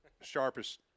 sharpest